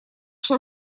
что